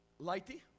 lighty